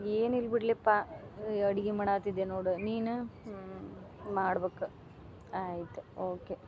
ಏನಿಲ್ಲ ಬಿಡ್ಲೆಪ್ಪಾ ಅಡಿಗೆ ಮಾಡಕತ್ತಿದ್ದೆ ನೋಡು ನೀನು ಹ್ಞೂ ಮಾಡ್ಬೇಕಾ ಆಯ್ತು ಓಕೆ